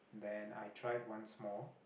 then I tried once more